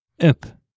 up